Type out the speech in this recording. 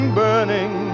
burning